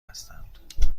هستند